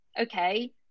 Okay